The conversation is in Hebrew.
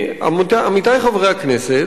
עמיתי חברי הכנסת,